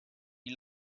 die